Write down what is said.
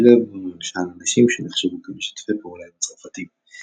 הוא שילב בממשל אנשים שנחשבו כמשתפי פעולה עם הצרפתים.